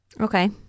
Okay